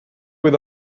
with